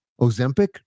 Ozempic